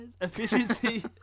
Efficiency